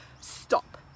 Stop